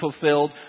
fulfilled